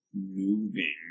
moving